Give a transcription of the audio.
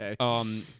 Okay